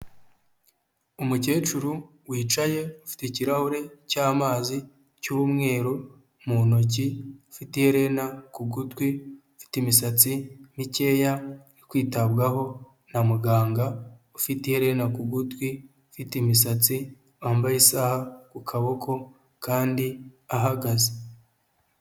Umukecuru wicaye ufite ikirahure cy'amazi cy'umweru mu ntoki, ufite iherena ku gutwi, ufite imisatsi mikeya, uri kwitabwaho na muganga ufite iherena ku gutwi, ufite imisatsi, wambaye isaha ku kuboko kandi ahagaze.